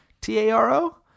t-a-r-o